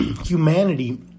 humanity